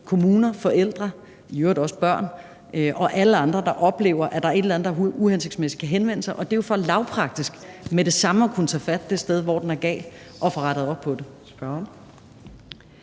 kommuner, forældre, i øvrigt også børn og alle andre, der oplever, at der er et eller andet, der er uhensigtsmæssigt, kan henvende sig. Det er jo for lavpraktisk med det samme at kunne tage fat det sted, hvor den er gal, og få rettet op på det.